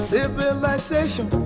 Civilization